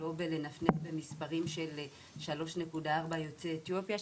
לא בלנפנף במספרים של 3.4 יוצאי אתיופיה,